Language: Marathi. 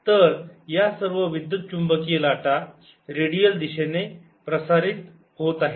तर या सर्व विद्युत चुंबकीय लाटा रेडियल दिशेने प्रसार करीत आहेत